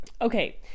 okay